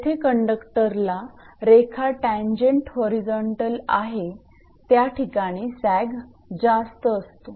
जेथे कंडक्टरला रेखा टांजेंट होरिझोंटल आहे त्याठिकाणी सॅग जास्त असतो